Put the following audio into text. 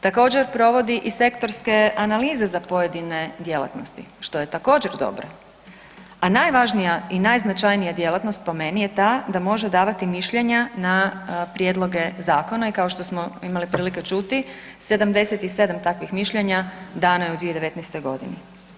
Također provodi i sektorske analize za pojedine djelatnosti, što je također dobro, a najvažnija i najznačajnija djelatnost po meni je ta da može davati mišljenja na prijedloge zakona i kao što smo imali prilike čuti 77 takvih mišljenja dano je u 2019.g.